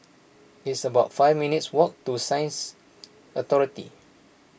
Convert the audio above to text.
it's about five minutes' walk to Sciences Authority